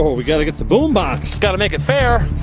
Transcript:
we gotta get the boombox. gotta make it fair.